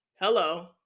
Hello